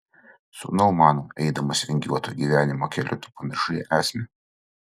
sūnau mano eidamas vingiuotu gyvenimo keliu tu pamiršai esmę